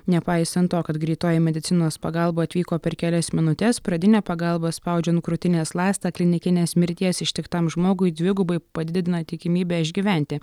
nepaisant to kad greitoji medicinos pagalba atvyko per kelias minutes pradinė pagalba spaudžiant krūtinės ląstą klinikinės mirties ištiktam žmogui dvigubai padidina tikimybę išgyventi